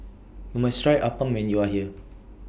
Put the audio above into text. YOU must Try Appam when YOU Are here